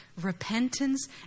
repentance